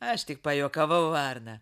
aš tik pajuokavau varna